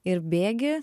ir bėgi